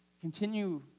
continue